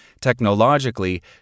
Technologically